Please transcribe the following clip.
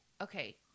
Okay